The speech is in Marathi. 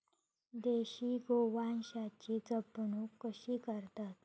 देशी गोवंशाची जपणूक कशी करतत?